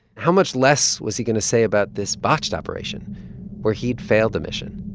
how much less was he going to say about this botched operation where he'd failed the mission?